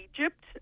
Egypt